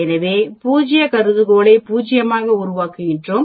எனவே பூஜ்ய கருதுகோளை பூஜ்யமாக உருவாக்குகிறோம்